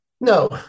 No